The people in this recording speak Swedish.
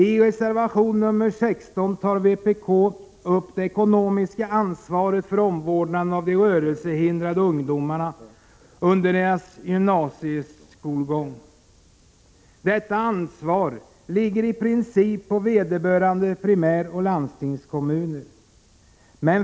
I reservation 16 tar vpk upp det ekonomiska ansvaret för omvårdnaden av ansvar ligger i princip på vederbörande primäroch landstingskommuner.